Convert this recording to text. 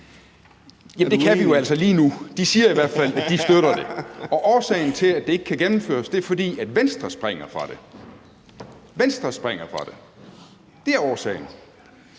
det kan vi jo altså lige nu. De siger i hvert fald, at de støtter det, og at årsagen til, at det ikke kan gennemføres, er, at Venstre springer fra det – Venstre springer fra det; det er årsagen.